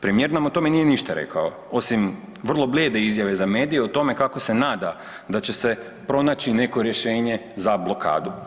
Premijer nam o tome nije ništa rekao osim vrlo blijede izjave za medije o tome kako se nada da će se pronaći neko rješenje za blokadu.